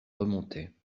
remontait